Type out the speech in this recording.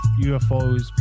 UFOs